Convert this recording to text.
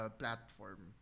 platform